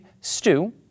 STU